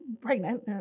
pregnant